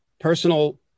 personal